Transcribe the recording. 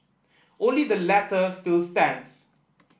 only the latter still stands